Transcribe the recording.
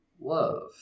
love